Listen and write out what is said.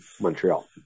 Montreal